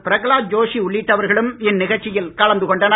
பிரகலாத் ஜோஷி உள்ளிட்டவர்களும் இந்நிகழ்ச்சியில் கலந்து கொண்டனர்